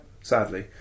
sadly